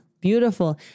Beautiful